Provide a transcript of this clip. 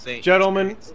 Gentlemen